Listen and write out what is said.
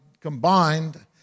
combined